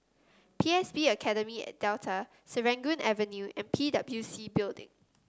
P S B Academy at Delta Serangoon Avenue and P W C Building